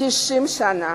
90 שנה.